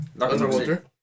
Underwater